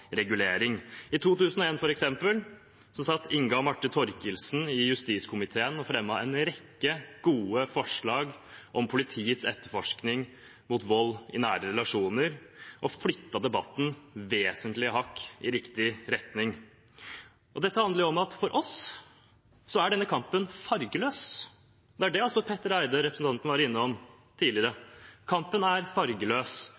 regulering. I 2001, f.eks., satt Inga Marte Thorkildsen i justiskomiteen og fremmet en rekke gode forslag om politiets etterforskning av vold i nære relasjoner og flyttet debatten vesentlige hakk i riktig retning. Dette handler om at for oss er denne kampen fargeløs. Det er også det representanten Petter Eide var innom tidligere. Kampen er fargeløs. Det handler om